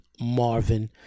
Marvin